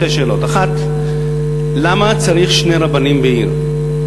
שתי שאלות: אחת, למה צריך שני רבנים בעיר?